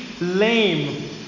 lame